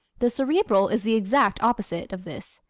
the cerebral is the exact opposite of this.